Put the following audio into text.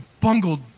bungled